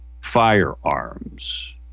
firearms